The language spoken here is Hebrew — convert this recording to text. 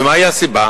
ומהי הסיבה?